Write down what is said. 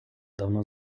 давно